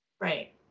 Right